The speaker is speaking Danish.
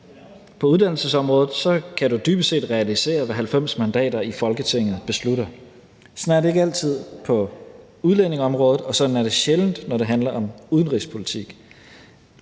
På uddannelsesområdet kan du dybest set realisere, hvad 90 mandater i Folketinget beslutter. Sådan er det ikke altid på udlændingeområdet, og sådan er det sjældent, når det handler om udenrigspolitik.